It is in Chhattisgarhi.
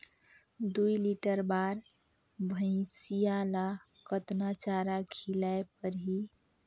दुई लीटर बार भइंसिया ला कतना चारा खिलाय परही?